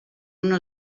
una